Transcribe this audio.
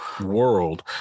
world